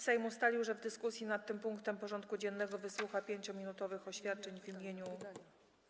Sejm ustalił, że w dyskusji nad tym punktem porządku dziennego wysłucha 5-minutowych oświadczeń w imieniu.